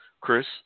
Chris